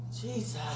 Jesus